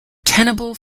tenable